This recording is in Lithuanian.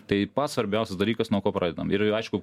tai pats svarbiausias dalykas nuo ko pradedam ir aišku